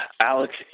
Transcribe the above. Alex